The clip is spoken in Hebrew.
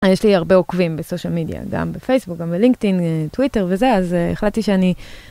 יש לי הרבה עוקבים בסושיאל מדיה, גם בפייסבוק, גם בלינקדאין, טוויטר וזה, אז החלטתי שאני...